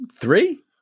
three